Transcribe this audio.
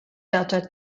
delta